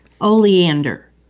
Oleander